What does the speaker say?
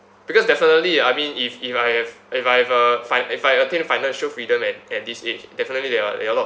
because definitely I mean if if I have if I have a fin~ if I attain financial freedom at at this age definitely there are there are a lot